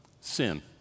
sin